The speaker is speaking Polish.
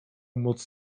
moc